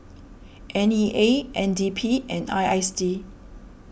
N E A N D P and I S D